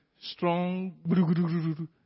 Strong